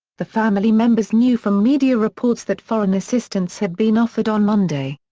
the family members knew from media reports that foreign assistance had been offered on monday.